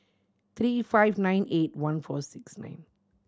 three five nine eight one four six nine